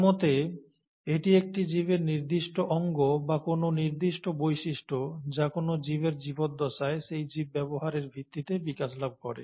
তাঁর মতে এটি একটি জীবের নির্দিষ্ট অঙ্গ বা কোনও নির্দিষ্ট বৈশিষ্ট্য যা কোনও জীবের জীবদ্দশায় সেই জীব ব্যবহারের ভিত্তিতে বিকাশ লাভ করে